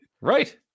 Right